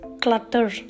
clutter